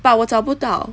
but 我找不到